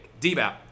DBAP